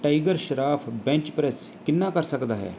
tiger Shroff bench press ਕਿੰਨਾ ਕਰ ਸਕਦਾ ਹੈ